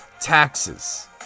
taxes